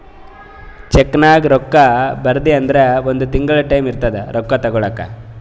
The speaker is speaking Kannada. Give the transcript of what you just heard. ಚೆಕ್ನಾಗ್ ರೊಕ್ಕಾ ಬರ್ದಿ ಅಂದುರ್ ಒಂದ್ ತಿಂಗುಳ ಟೈಂ ಇರ್ತುದ್ ರೊಕ್ಕಾ ತಗೋಲಾಕ